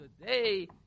today